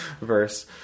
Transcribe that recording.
Verse